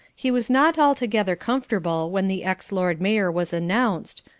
he was not altogether comfortable when the ex-lord-mayor was announced,